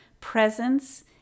presence